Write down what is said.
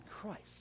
Christ